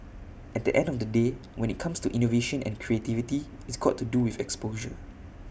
at the end of the day when IT comes to innovation and creativity it's got to do with exposure